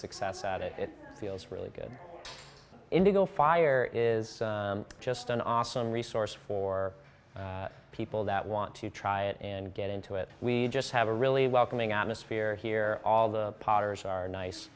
success at it it feels really good indigo fire is just an awesome resource for people that want to try it and get into it we just have a really welcoming atmosphere here all the potters are nice